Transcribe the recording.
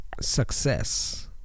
success